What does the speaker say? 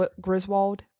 Griswold